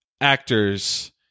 actors